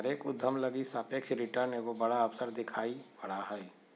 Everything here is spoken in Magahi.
हरेक उद्यमी लगी सापेक्ष रिटर्न एगो बड़ा अवसर दिखाई पड़ा हइ